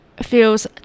feels